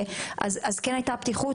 אז כן הייתה פתיחות,